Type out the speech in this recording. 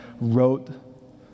wrote